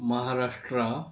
Maharashtra